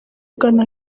ugana